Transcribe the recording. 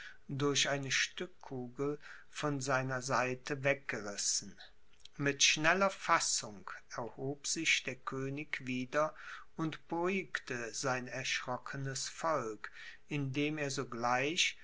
durch eine stückkugel von seiner seite weggerissen mit schneller fassung erhob sich der könig wieder und beruhigte sein erschrockenes volk indem er sogleich